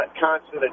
constant